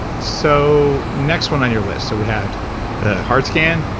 so next one on your list, so we had the heart scan,